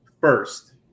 first